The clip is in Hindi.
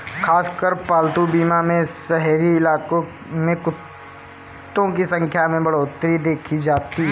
खासकर पालतू बीमा में शहरी इलाकों में कुत्तों की संख्या में बढ़ोत्तरी देखी जाती है